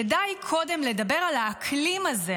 כדאי לדבר קודם על האקלים הזה,